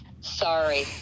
sorry